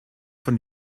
von